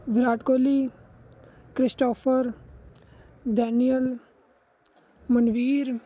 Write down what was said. Virat Kohli Christopher Daniel Manveer